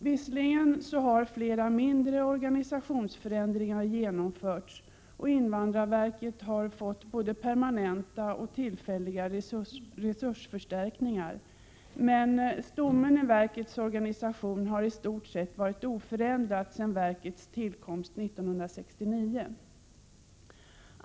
Visserligen har flera mindre organisationsförändringar genomförts, och invandrarverket har fått både permanenta och tillfälliga resursförstärkningar, men stommen i verkets organisation har i stort sett varit oförändrad sedan verkets tillkomst 1969.